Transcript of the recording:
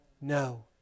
No